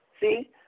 See